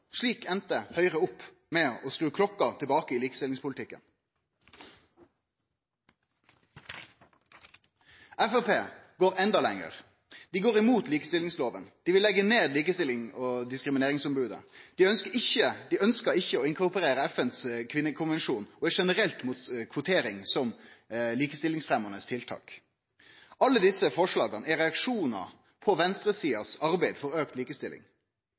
Slik enda Høgre opp med å skru klokka tilbake i likestillingspolitikken. Framstegspartiet går enda lengre. Dei går imot likestillingsloven, dei vil legge ned Likestillings- og diskrimineringsombodet, dei ønsker ikkje å inkorporere FNs kvinnekonvensjon og er generelt mot kvotering som likestillingsfremmande tiltak. Alle desse forslaga er reaksjonar på venstresida sitt arbeid for auka likestilling.